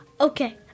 Okay